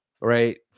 Right